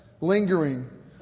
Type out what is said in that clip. lingering